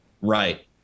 right